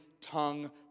tongue